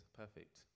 perfect